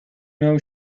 know